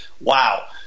Wow